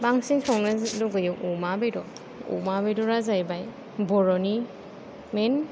बांसिन संनो लुबैयो अमा बेदर अमा बेदरा जाहैबाय बर'नि मेन